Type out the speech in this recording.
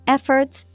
Efforts